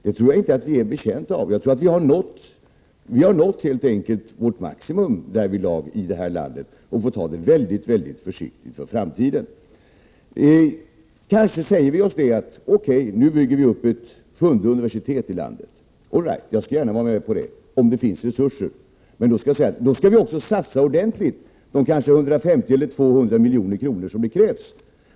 Jag tror inte att vi är betjänta av sådana, utan jag tror att vi helt enkelt har nått taket i det sammanhanget. Nu får vi alltså ta det väldigt försiktigt framöver. Om det skulle bli aktuellt att bygga ett sjunde universitet, är jag gärna med på det — men under förutsättning att det finns resurser. Men då skall det vara en ordentlig satsning. Då måste vi vara beredda att betala de 150 eller 200 miljoner som krävs för en sådan satsning.